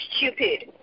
stupid